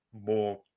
more